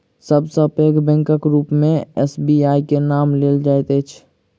सब सॅ पैघ बैंकक रूप मे एस.बी.आई के नाम लेल जाइत अछि